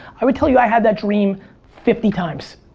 i will tell you, i had that dream fifty times.